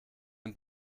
den